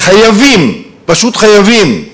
חייבים, פשוט חייבים,